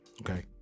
Okay